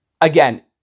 Again